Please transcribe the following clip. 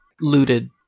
looted